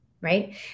right